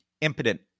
Impotent